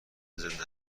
زنده